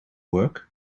work